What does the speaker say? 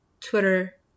Twitter